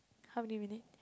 how many minute